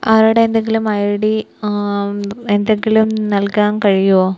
അവരുടെ എന്തെങ്കിലും I D എന്തെങ്കിലും നൽകാൻ കഴിയുമോ